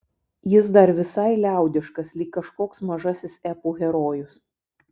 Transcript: jis dar visai liaudiškas lyg kažkoks mažasis epų herojus